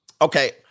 Okay